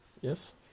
Yes